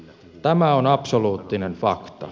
tämä on absoluuttinen fakta